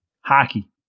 Hockey